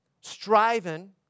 striving